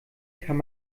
kann